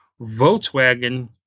Volkswagen